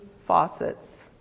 faucets